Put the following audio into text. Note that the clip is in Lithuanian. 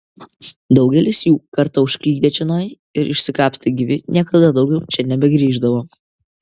daugelis jų kartą užklydę čionai ir išsikapstę gyvi niekada daugiau čia nebegrįždavo